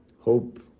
hope